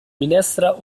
minestra